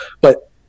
But-